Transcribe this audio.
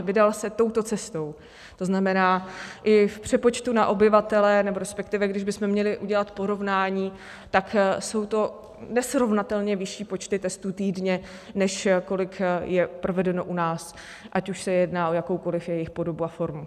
Vydal se touto cestou, to znamená i v přepočtu na obyvatele, nebo respektive kdybychom měli udělat porovnání, tak jsou to nesrovnatelně vyšší počty testů týdně, než kolik je provedeno u nás, ať už se jedná o jakoukoli jejich podobu a formu.